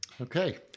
Okay